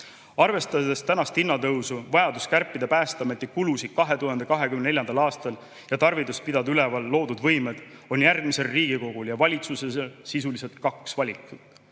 Arvestades tänast hinnatõusu, vajadust kärpida Päästeameti kulusid 2024. aastal ja tarvidust pidada üleval loodud võimeid, on järgmisel Riigikogul ja valitsusel sisuliselt kaks valikut: